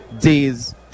days